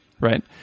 right